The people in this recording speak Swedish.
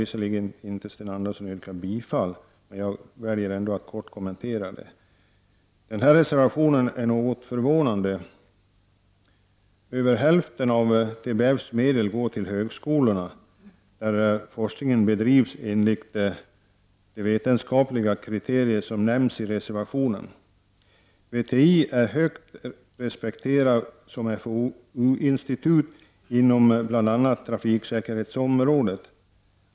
Visserligen har inte Sten Andersson i Malmö yrkat bifall till reservationen, men jag väljer ändå att kort kommentera den. Den här reservationen är något förvånande. Över hälften av TFBs medel går till högskolan, där forskning bedrivs enligt de vetenskapliga kriterier som nämns i reservationen. VTI är högt respekterat som FOU-institut inom bl.a. trafiksäkerhetsområdet.